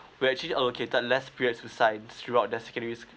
we actually allocated less periods to science throughout that secondary